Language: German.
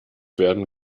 werden